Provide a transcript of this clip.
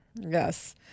Yes